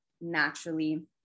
naturally